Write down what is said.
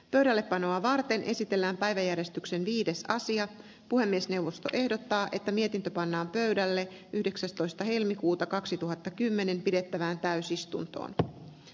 pöydällepanoa varten esitellään päiväjärjestyksen viides sija puhemiesneuvosto ehdottaa että mietintö pannaan pöydälle yhdeksästoista helmikuuta kaksituhattakymmenen pidettävään täysistuntoon ja